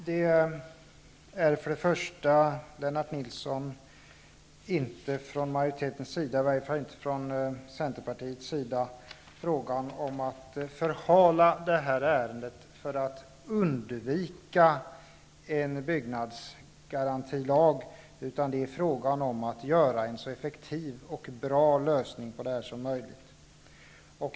Herr talman! Det är inte från majoritetens sida, åtminstone inte från Centerpartiets sida, fråga om att förhala det här ärendet för att undvika en byggnadsgarantilag, Lennart Nilsson. Det är fråga om att åstadkomma en så effektiv och bra lösning som möjligt.